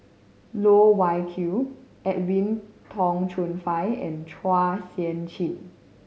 Loh Wai Kiew Edwin Tong Chun Fai and Chua Sian Chin